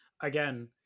again